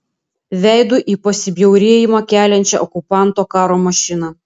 veidu į pasibjaurėjimą keliančią okupanto karo mašiną